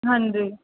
ਹਾਂਜੀ